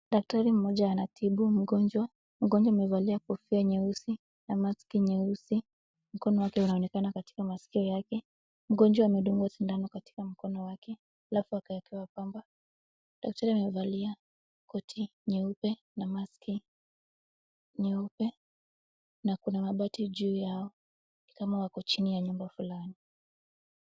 Daktari mmoja anatibu mgonjwa. Mgonjwa amevalia kofia nyeusi na maski nyeusi. Mkono wake unaonekana katika maskio yake. Mgonjwa amedungwa sindano katika mkono wake, alafu akaekewa pamba. Daktari amevalia koti nyeupe na maski nyeupe, na kuna mabati juu yao, ni kama wako chini ya nyumba fulani.